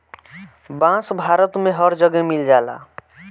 बांस भारत में हर जगे मिल जाला